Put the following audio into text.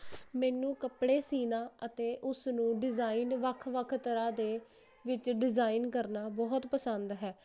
ਮੈਨੂੰ ਕੱਪੜੇ ਸੀਨਾ ਅਤੇ ਉਸਨੂੰ ਡਿਜ਼ਾਈਨ ਵੱਖ ਵੱਖ ਤਰ੍ਹਾਂ ਦੇ ਵਿੱਚ ਡਿਜ਼ਾਇਨ ਕਰਨਾ ਬਹੁਤ ਪਸੰਦ ਹੈ